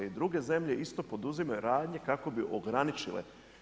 I druge zemlje isto poduzimaju radnje kako bi ograničile.